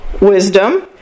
wisdom